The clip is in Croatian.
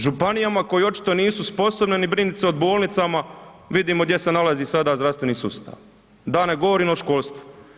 Županijama koje očito nisu sposobne ni brinut se o bolnicama, vidimo gdje se nalazi sada zdravstveni sustav, da ne govorim o školstvu.